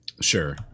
Sure